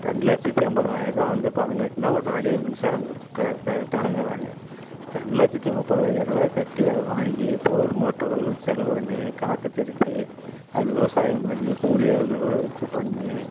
ரெண்டு லட்சத்தி ஐம்பதாயரூபா வந்து பணம் கட்டினா உடனடியாக மின்சாரம் க க தர்றேங்கிறாங்க ரெண்டு லட்சத்தி முப்பதாயரூபாய கட்டி அதை வாங்கி போர் மோட்டரு ஒரு லட்சம் செலவு பண்ணி காட்டைத் திருத்தி அது விவசாயம் பண்ணி கூலி ஆளலாம் வச்சு பண்ணி